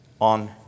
on